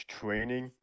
training